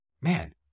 man